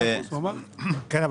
כן,